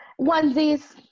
Onesies